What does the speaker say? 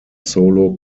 solo